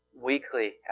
weekly